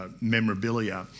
memorabilia